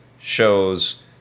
shows